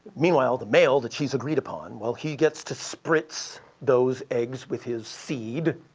meanwhile, the male that she's agreed upon, well he gets to spritz those eggs with his seed.